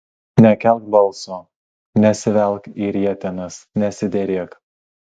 nekelk balso nesivelk į rietenas nesiderėk